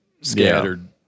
scattered